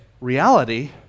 reality